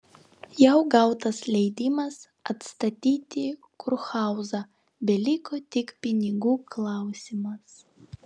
jau gautas leidimas atstatyti kurhauzą beliko tik pinigų klausimas